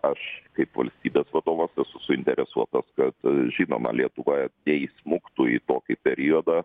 aš kaip valstybės vadovas esu suinteresuotas kad žinoma lietuva neįsmuktų į tokį periodą